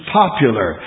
popular